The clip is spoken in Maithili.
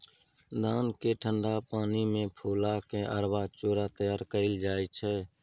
धान केँ ठंढा पानि मे फुला केँ अरबा चुड़ा तैयार कएल जाइ छै